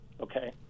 Okay